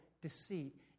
deceit